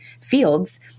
fields